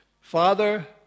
Father